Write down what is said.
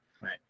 right